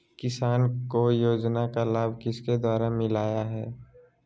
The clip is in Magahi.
किसान को योजना का लाभ किसके द्वारा मिलाया है?